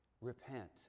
Repent